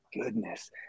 goodness